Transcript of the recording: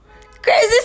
Crazy